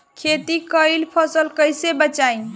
खेती कईल फसल कैसे बचाई?